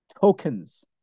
tokens